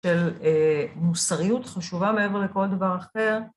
של מוסריות חשובה מעבר לכל דבר אחר.